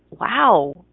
wow